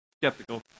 skeptical